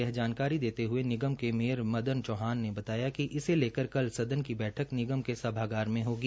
यह जानकारी हये निगम के मेयर मदन चौहान ने बातया कि इसे लेकर कल सदन की बैठक निगम के सभागार में होगी